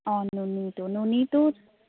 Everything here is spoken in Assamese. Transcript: অঁ নুনীটো নুনীটো